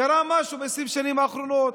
קרה משהו ב-20 השנים האחרונות.